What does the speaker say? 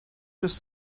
just